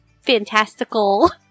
fantastical